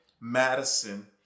Madison